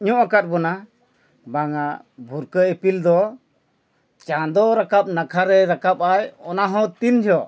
ᱧᱚᱜ ᱟᱠᱟᱫ ᱵᱚᱱᱟ ᱵᱟᱝᱟ ᱵᱷᱩᱨᱠᱟᱹᱜ ᱤᱯᱤᱞ ᱫᱚ ᱪᱟᱸᱫᱚ ᱨᱟᱠᱟᱵ ᱱᱟᱠᱷᱟ ᱨᱮ ᱨᱟᱠᱟᱵ ᱟᱭ ᱚᱱᱟ ᱦᱚᱸ ᱛᱤᱱ ᱡᱚᱦᱚᱜ